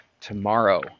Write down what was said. tomorrow